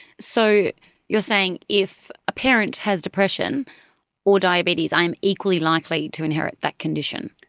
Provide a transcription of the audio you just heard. so you're saying if a parent has depression or diabetes, i am equally likely to inherit that condition?